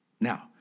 Now